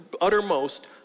uttermost